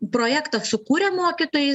projektą sukūrę mokytojai